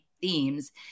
themes